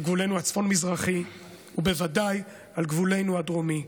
על גבולנו הצפון מזרחי, ובוודאי על גבולנו הדרומי.